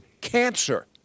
cancer